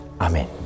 Amen